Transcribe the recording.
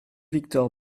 victor